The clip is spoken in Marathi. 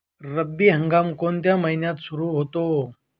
रब्बी हंगाम कोणत्या महिन्यात सुरु होतो?